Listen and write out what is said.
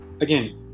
again